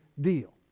deal